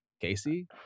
Casey